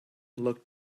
looked